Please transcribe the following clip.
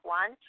one